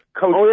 Coach